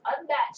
unmatched